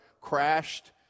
crashed